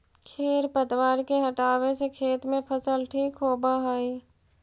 खेर पतवार के हटावे से खेत में फसल ठीक होबऽ हई